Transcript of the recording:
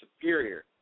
superior